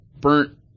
burnt